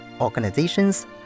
organizations